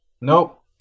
Nope